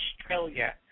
Australia